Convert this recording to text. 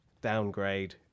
downgrade